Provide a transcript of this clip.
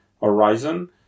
horizon